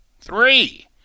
Three